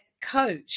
coach